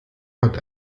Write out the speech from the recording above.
hat